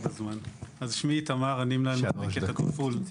שמי איתמר, אני מנהל מחלקת התפעול.